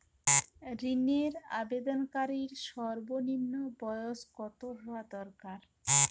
ঋণের আবেদনকারী সর্বনিন্ম বয়স কতো হওয়া দরকার?